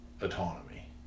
autonomy